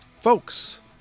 folks